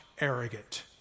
arrogant